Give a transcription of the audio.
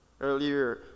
earlier